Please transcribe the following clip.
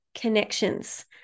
connections